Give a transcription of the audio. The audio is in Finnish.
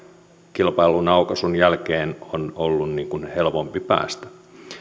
kilpailun aukaisun jälkeen on ollut helpompi päästä